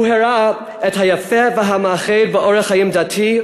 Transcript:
הוא הראה את היפה והמאחד באורח חיים דתי,